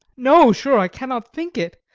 no, sure, i cannot think it,